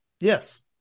Yes